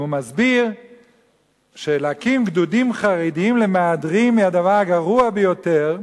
הוא מסביר שלהקים גדודי חרדים למהדרין הוא הדבר הגרוע ביותר,